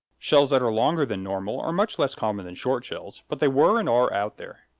shells that are longer than normal are much less common than short shells, but they were and are out there.